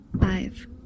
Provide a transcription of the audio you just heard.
Five